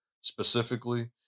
specifically